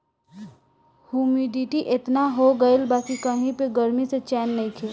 humidity एतना हो गइल बा कि कही पे गरमी से चैन नइखे